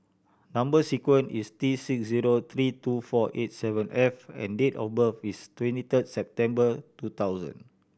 number sequence is T six zero three two four eight seven F and date of birth is twenty third September two thousand